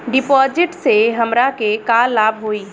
डिपाजिटसे हमरा के का लाभ होई?